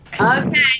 Okay